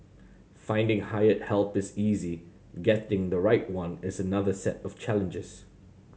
finding hired help is easy getting the right one is another set of challenges